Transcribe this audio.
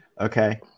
Okay